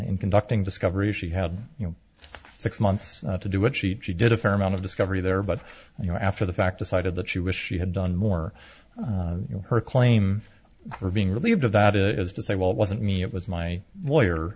in conducting discovery she had you know six months to do what she she did a fair amount of discovery there but you know after the fact decided that she wished she had done more her claim her being relieved of that is to say well it wasn't me it was my lawyer